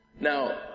Now